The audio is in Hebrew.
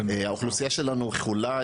האוכלוסייה שלנו חולה.